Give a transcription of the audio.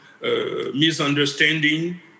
misunderstanding